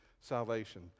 salvation